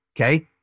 Okay